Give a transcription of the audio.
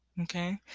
Okay